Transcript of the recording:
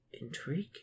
Intriguing